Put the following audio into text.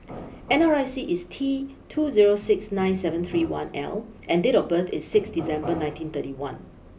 N R I C is T two zero six nine seven three one L and date of birth is six December nineteen thirty one